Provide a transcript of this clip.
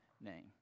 name